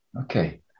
Okay